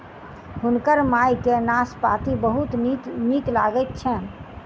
हुनकर माई के नाशपाती बहुत नीक लगैत छैन